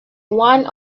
one